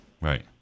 Right